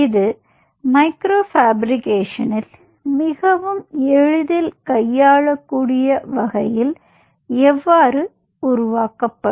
இது மைக்ரோ ஃபேப்ரிகேஷனில் மிகவும் எளிதில் கையாளக்கூடிய வகையில் எவ்வாறு உருவாக்கப்படும்